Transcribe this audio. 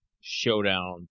showdown